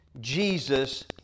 Jesus